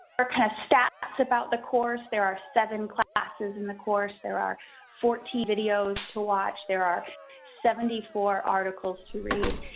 kind of stats about the course, there are seven classes in the course, there are fourteen videos to watch, there are seventy four articles to read.